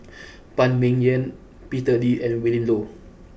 Phan Ming Yen Peter Lee and Willin Low